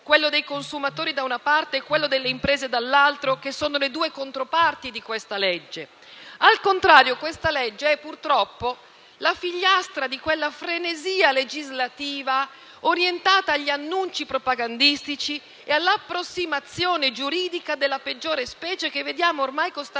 quelli dei consumatori e quelli delle imprese, che sono le due controparti di questo provvedimento. Al contrario, la normativa in esame è purtroppo la figliastra di quella frenesia legislativa orientata agli annunci propagandistici e all'approssimazione giuridica della peggior specie che vediamo ormai costantemente